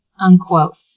unquote